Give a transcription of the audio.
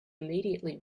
immediately